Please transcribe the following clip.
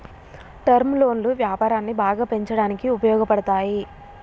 term లోన్లు వ్యాపారాన్ని బాగా పెంచడానికి ఉపయోగపడతాయి